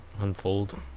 unfold